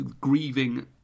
grieving